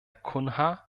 cunha